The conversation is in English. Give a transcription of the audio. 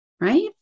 Right